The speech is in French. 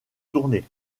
tournée